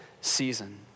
season